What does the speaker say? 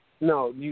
No